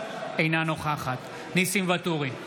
אינה נוכחת ניסים ואטורי,